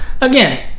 again